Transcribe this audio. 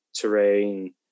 terrain